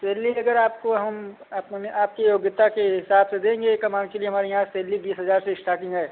salary अगर आपको हम अपने आपकी योग्यता के हिसाब से देंगे एक एम आर के लिए हमारे यहाँ सैलरी बीस हजार से इस्टाटिंग है